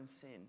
sin